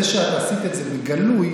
זה שאת עשית את זה בגלוי,